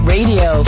Radio